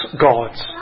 gods